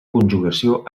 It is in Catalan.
conjugació